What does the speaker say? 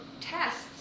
tests